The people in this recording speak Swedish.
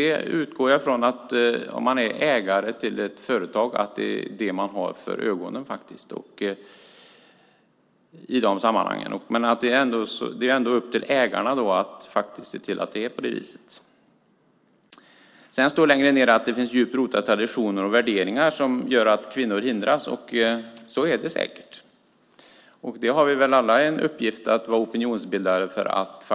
Jag utgår från att om man är ägare till ett företag har man det för ögonen i de sammanhangen. Det är ändå upp till ägarna att se till att det är så. Längre ned i reservationen står det att det finns djupt rotade traditioner och värderingar som gör att kvinnor hindras. Så är det säkert. Vi har alla en uppgift att vara opinionsbildare för att